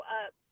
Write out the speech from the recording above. up